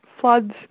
floods